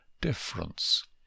difference